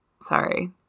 sorry